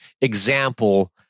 example